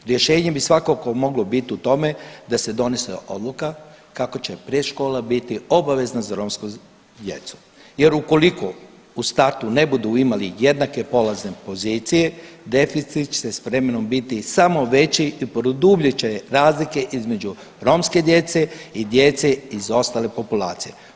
Rješenje bi svakako moglo biti u tome da se donese odluka kako će predškola biti obavezna za romsku djecu jer ukoliko u startu ne budu imali jednake polazne pozicije, deficit će s vremenom bit samo veći i produbit će razlike između romske djece i djece iz ostale populacije.